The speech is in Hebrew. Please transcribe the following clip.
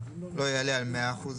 לא יעלה על 100%"